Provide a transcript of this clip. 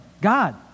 God